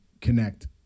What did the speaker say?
connect